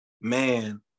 man